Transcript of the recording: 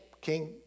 king